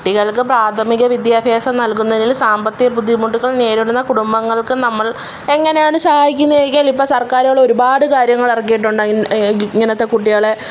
കുട്ടികൾക്ക് പ്രാഥമിക വിദ്യാഭ്യാസം നൽകുന്നതിൽ സാമ്പത്തിക ബുദ്ധിമുട്ടുകൾ നേരിടുന്ന കുടുംബങ്ങൾക്ക് നമ്മൾ എങ്ങനെയാണ് സഹായിക്കുന്നേന്ന് ചോദിച്ചാൽ ഇപ്പോൾ സർക്കാരുകളൊരുപാട് കാര്യങ്ങളിറക്കിയിട്ടുണ്ട് ഇങ്ങനത്തെ കുട്ടികളെ